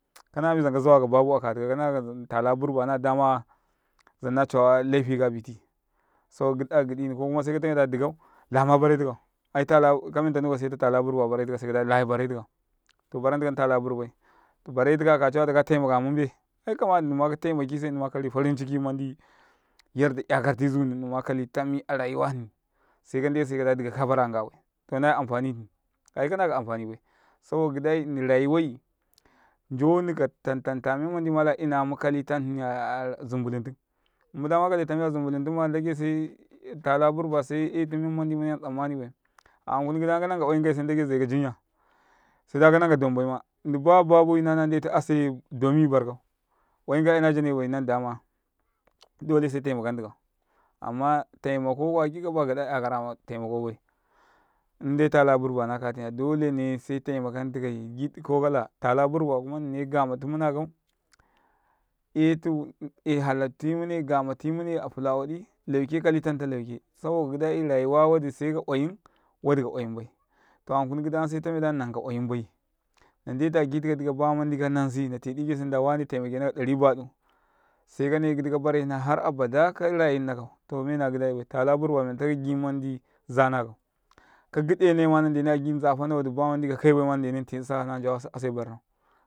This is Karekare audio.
Kana kazawaka darau aka tikau tala burba na damaya zan na cawa laifika abiti saboka giɗa gidini, ko kuma se katame kada dikau lama bare tikau. Kamen tanuka siya ta tala burba bareti kau sekada kay bare tika bai, to baran tikau na tala burbai bare tika akatada ka mbura munbe. Ai kama nnima ka taimakise nni ma kali farin ciki yadda mandi 'ya karkati zuni nnima kaltan arayuwa hni. Seka ndetu da dika sam kabara a ngabai ta naye am fani aika ka amfani bai, saboka gidai nni rayuwai ndonika tantan ta mendi malaina mukali tam hni a zumbulum tum. Muda ma kale tami a zumbulum tum baya ndagese tala burba se e ten men mandi mu 'yan tsammani bai an kuna yam kanaka oyamka se ndai zeka gwadala seda kanankau dombai ma nni ba darai nala ndetu ase doni barkau oyum kai nina jane bai nandama ya dole se te makan tikau. Amma taimako kuwa dik kaba wara 'yakara matai ma kobai indai tala burba na kataya dolene se tai makan tikai. Ko kala tala burba kuma nnine mutti mu nakau, 'yay mune mutti mune a fula waɗi lauke kali tam ta lauke. Saboka gidai rayuwa wadi seka oyum wadi ka oyumba to ankun gida yam se tameda nananka oyumbai na ndate gitika ba mandi kanansi na nda wane te makenak ɗari buɗu se kanai kabare hnaya har abada ka rayunnakau ta mena gida i bai. Kau ka gidenai ma na ndene ka gi nzafana wada ba mendi ka kai bama na njawa se barnau.